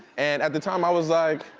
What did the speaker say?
and at the time i was like,